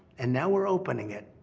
and now we're open again,